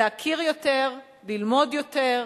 להכיר יותר, ללמוד יותר,